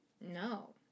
No